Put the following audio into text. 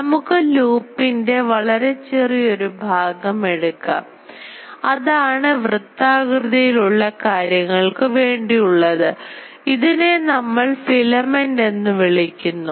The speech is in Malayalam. നമുക്ക് ലൂപ്പിൻറെ വളരെ ചെറിയൊരു ഭാഗം എടുക്കാം അതാണ് വൃത്താകൃതിയിലുള്ള കാര്യങ്ങൾക്ക് വേണ്ടിയുള്ളത് ഇതിനെ നമ്മൾ ഫിലമെന്റ് എന്നു വിളിക്കുന്നു